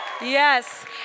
yes